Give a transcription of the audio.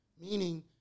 Meaning